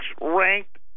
ranked